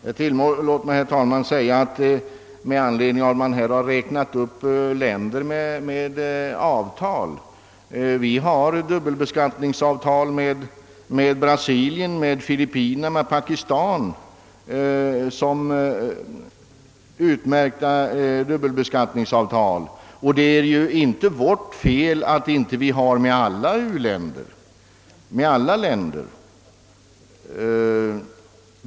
Herr talman! Tillåt mig, herr talman, att med anledning av att man här räknat upp länder med särskilt förmånliga skattebestämmelser, säga att vi har dubbelbeskattningsavtal med bl.a. Brasilien, Filippinerna och Pakistan. Det är inte vårt fel att vi inte har avtal med alla länder.